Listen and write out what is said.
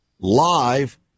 Live